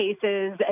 cases